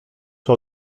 czy